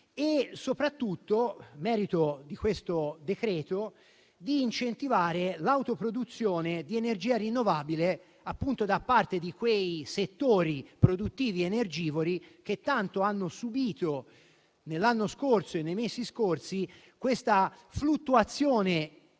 E soprattutto, merito di questo decreto è incentivare l'autoproduzione di energia rinnovabile da parte di quei settori produttivi energivori che tanto hanno subito, nei mesi scorsi, la fluttuazione impazzita